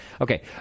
Okay